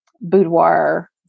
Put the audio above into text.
boudoir